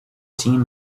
team